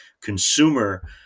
consumer